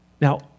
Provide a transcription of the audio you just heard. Now